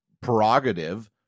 prerogative